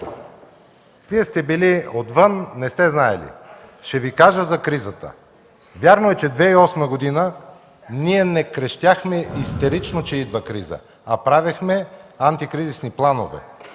Вие сте били отвън, не сте знаели. Ще Ви кажа за кризата. Вярно е, че през 2008 г. не крещяхме истерично, че идва криза, а правехме антикризисни планове